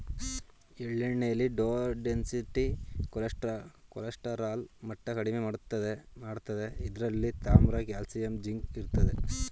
ಎಳ್ಳೆಣ್ಣೆಲಿ low density cholesterol ಮಟ್ಟ ಕಡಿಮೆ ಮಾಡ್ತದೆ ಇದ್ರಲ್ಲಿ ತಾಮ್ರ ಕಾಲ್ಸಿಯಂ ಜಿಂಕ್ ಇರ್ತದೆ